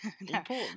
Important